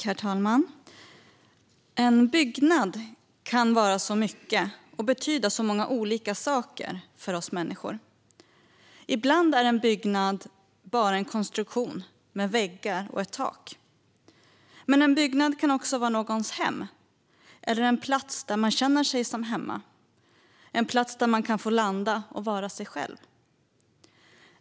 Herr talman! En byggnad kan vara så mycket och betyda många olika saker för oss människor. Ibland är en byggnad bara en konstruktion med väggar och ett tak. Men en byggnad kan också vara någons hem eller en plats där man känner sig hemma, en plats där man kan få landa och vara sig själv.